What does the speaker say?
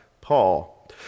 Paul